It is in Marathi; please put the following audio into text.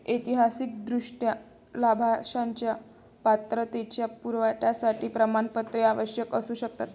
ऐतिहासिकदृष्ट्या, लाभांशाच्या पात्रतेच्या पुराव्यासाठी प्रमाणपत्रे आवश्यक असू शकतात